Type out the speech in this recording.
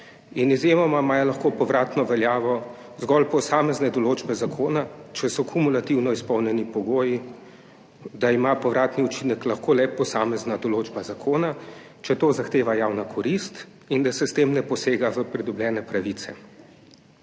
izjemoma povratno veljavo zgolj posamezne določbe zakona, če so kumulativno izpolnjeni pogoji, da ima povratni učinek lahko le posamezna določba zakona, če to zahteva javna korist in da se s tem ne posega v pridobljene pravice.